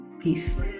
Peace